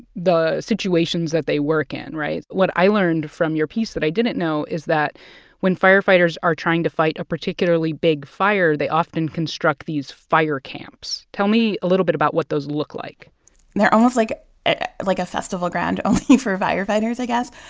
the situations that they work in, right? what i learned from your piece that i didn't know is that when firefighters are trying to fight a particularly big fire, they often construct these fire camps. tell me a little bit about what those look like they're almost like ah like a festival ground only for firefighters, i guess.